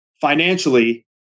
financially